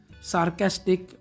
sarcastic